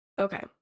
Okay